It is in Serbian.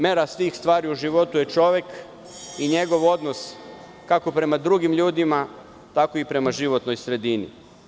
Mera svih stvari u životu je čovek i njegov odnos kako prema drugim ljudima, tako i prema životnoj sredini.